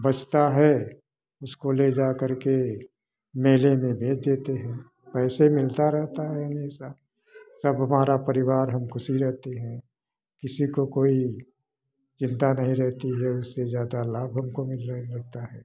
बचता है उसको ले जाकर के मेले में बेच देते हैं पैसे मिलता रहता है हमेशा सब हमारा परिवार हम खुशी रहते हैं किसी को कोई चिंता नहीं रहती है उससे ज़्यादा लाभ हमको मिलने लगता है